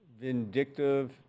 vindictive